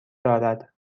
دارد